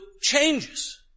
changes